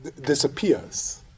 disappears